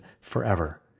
forever